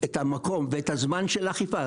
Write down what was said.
את המקום ואת הזמן של האכיפה,